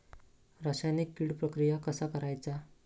रासायनिक कीड प्रक्रिया कसा करायचा?